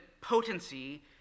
potency